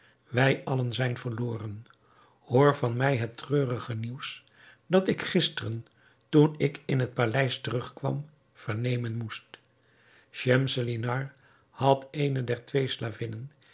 wij allen zijn verloren hoor van mij het treurige nieuws dat ik gisteren toen ik in het paleis terugkwam vernemen moest schemselnihar had eene der